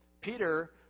Peter